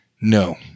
No